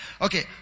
Okay